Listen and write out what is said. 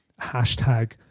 hashtag